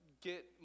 get